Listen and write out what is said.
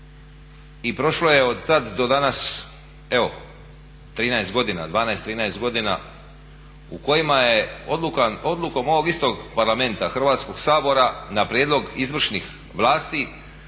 I prošlo je otad do danas 12, 13 godina u kojima je odlukom ovog istog Parlamenta, Hrvatskog sabora na prijedlog izvršnih vlasti